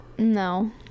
No